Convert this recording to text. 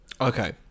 Okay